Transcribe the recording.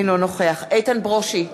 אינו נוכח איתן ברושי,